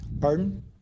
Pardon